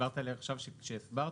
עכשיו כשהסברת,